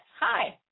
Hi